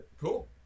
cool